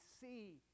see